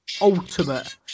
ultimate